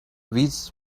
this